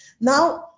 now